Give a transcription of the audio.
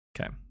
Okay